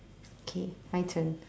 okay my turn